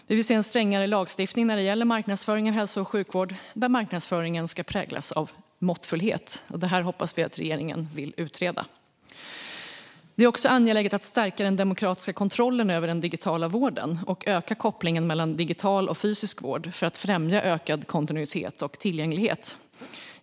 Vi vill se en strängare lagstiftning när det gäller marknadsföring av hälso och sjukvård och att marknadsföringen präglas av måttfullhet. Detta hoppas vi att regeringen vill utreda. Det är också angeläget att stärka den demokratiska kontrollen över den digitala vården och att stärka kopplingen mellan digital och fysisk vård för att främja ökad kontinuitet och tillgänglighet.